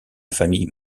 famille